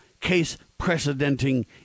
case-precedenting